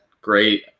great